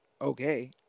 okay